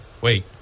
Wait